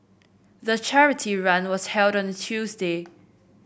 the charity run was held on Tuesday